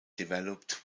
developed